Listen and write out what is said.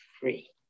free